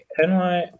NY